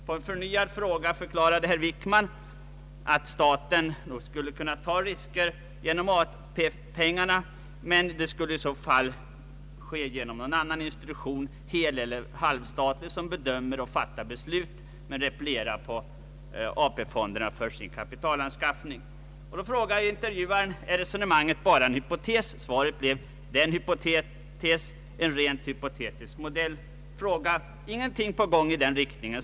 På en förnyad fråga förklarade herr Wickman att staten nog skulle kunna ta risker genom AP-pengarna men att det i så fall skulle ske genom en annan institution — heleller halvstatlig — som hade att bedöma och fatta beslut men skulle repliera på AP-fonderna för sin kapitalanskaffning. Då frågade intervjuaren om resonemanget bara var en hypotes, varpå statsrådet svarade att det var en rent hypotetisk modell. Intervjuaren frågade: Är ingenting på gång i den riktningen?